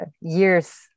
years